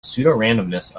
pseudorandomness